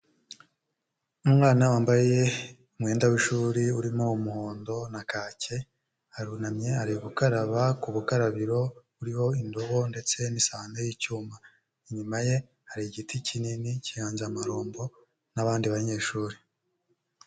Umwana wambaye umwenda w'ishuri urimo umuhondo na kake, arunamye ari gukaraba ku bukarabiro buriho indobo ndetse n'isahane y'icyuma. Inyuma ye hari igiti kinini cy'inganzamarumbo n'abandi banyeshuri.